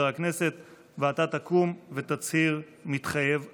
הכנסת ואתה תקום ותצהיר: "מתחייב אני".